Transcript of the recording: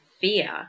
fear